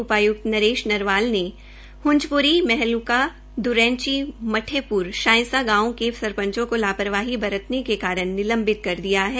उपायक्त नरेश नरवाल ने हंचपूरी महलूका द्रैंची मठेप्र शांयसा गांवों के सरपंचों को लाहपरवाही बरतने के कारण निलंबित कर दिया है